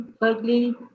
ugly